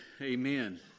Amen